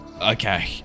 Okay